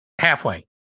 Halfway